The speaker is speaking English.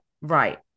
right